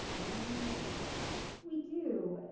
have we any other questions? we do.